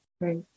right